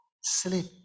Sleep